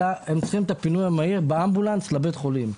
אלא הפינוי המהיר באמבולנס לבית החולים.